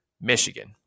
Michigan